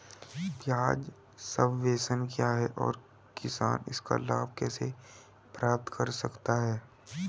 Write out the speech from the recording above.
ब्याज सबवेंशन क्या है और किसान इसका लाभ कैसे प्राप्त कर सकता है?